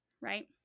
right